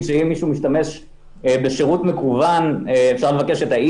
אני רוצה בעצם שתסתכלו על זה מהפוזיציה